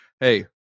Hey